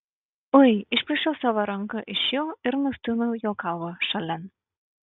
ui išplėšiau savo ranką iš jo ir nustūmiau jo galvą šalin